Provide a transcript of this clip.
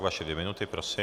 Vaše dvě minuty, prosím.